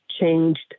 changed